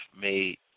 made